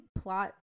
plot